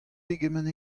pegement